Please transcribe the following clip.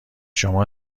شما